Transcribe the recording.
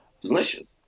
Delicious